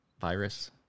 virus